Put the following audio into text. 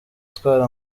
itwara